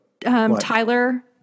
Tyler